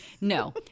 No